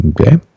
okay